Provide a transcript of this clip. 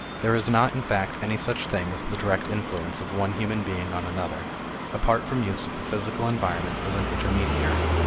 there is not, in fact, any such thing as the direct influence of one human being on another apart from use of the physical environment as an intermediary.